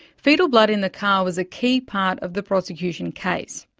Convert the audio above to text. foetal blood in the car was a key part of the prosecution case.